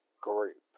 group